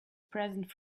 present